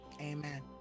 Amen